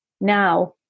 Now